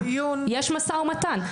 יש משא ומתן.